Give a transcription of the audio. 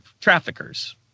traffickers